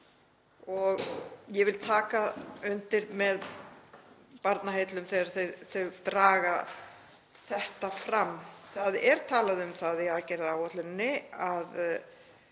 Ég vil taka undir með Barnaheillum þegar þau draga þetta fram. Það er talað um það í aðgerðaáætluninni,